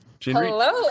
Hello